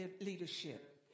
leadership